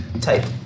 Type